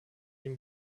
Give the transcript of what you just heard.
ihm